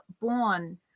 born